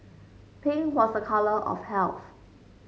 pink was a colour of health